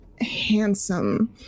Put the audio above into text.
handsome